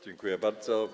Dziękuję bardzo.